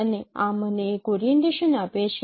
અને આ મને એક ઓરીએન્ટેશન આપે છે